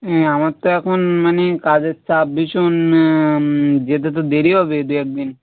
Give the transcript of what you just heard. হুঁ আমার তো এখন মানে কাজের চাপ ভীষণ যেতে তো দেরি হবে দু এক দিন